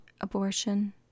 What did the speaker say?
abortion